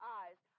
eyes